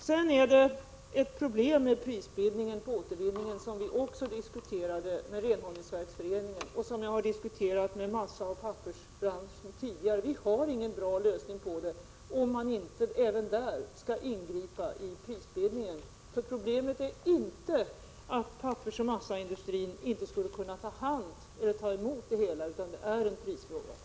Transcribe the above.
Sedan är det ett problem med prisbildningen för återvinningen, ett problem som vi också har diskuterat med Renhållningsverksföreningen och som jag tidigare har diskuterat med företrädare för pappersoch massabranschen. Vi har ingen bra lösning på problemet, om man inte även där skall ingripa i prisbildningen. Problemet är inte att pappersoch massaindustrin inte skulle kunna ta emot det hela, utan det är en prisfråga.